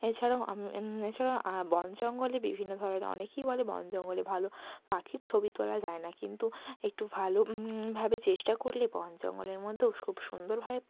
এছাড়াও আমি এছাড়াও বন জঙ্গলে বিভিন্ন ধরনের অনেকেই বলে বন জঙ্গলে ভালো পাখির ছবি তোলা যায় না কিন্তু একটু ভালো ভাবে চেষ্টা করলে বন জঙ্গলের মধ্যেও খুব সুন্দরভাবে